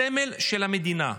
סמל של המדינה.